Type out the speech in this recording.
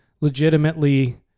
legitimately